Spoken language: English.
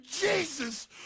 Jesus